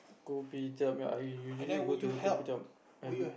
Kopitiam ya I I usually go to the Kopitiam every